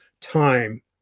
time